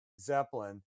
Zeppelin